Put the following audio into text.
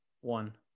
one